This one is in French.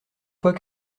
fois